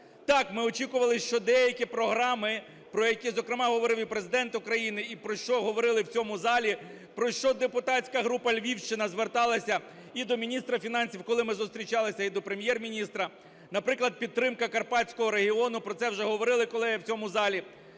Так, ми очікували, що деякі програми, про які зокрема говорив і Президент України, і про що говорили в цьому залі, про що депутатська група "Львівщина" зверталася і до міністра фінансів, коли ми зустрічалися, і до Прем'єр-міністра. Наприклад, підтримка Карпатського регіону, про це вже говорили колеги в цьому залі,